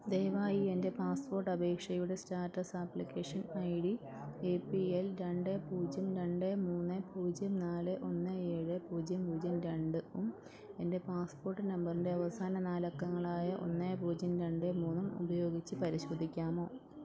ദയവായി എൻ്റെ പാസ്പോട്ട് അപേക്ഷയുടെ status application I D A P L രണ്ട് പൂജ്യം രണ്ട് മൂന്ന് പൂജ്യം നാല് ഒന്ന് ഏഴ് പൂജ്യം പൂജ്യം രണ്ട് ഉം എൻ്റെ പാസ്പോട്ട് നമ്പറിൻ്റെ അവസാന നാലക്കങ്ങളായ ഒന്ന് പൂജ്യം രണ്ട് മൂന്ന് ഉപയോഗിച്ച് പരിശോധിക്കാമോ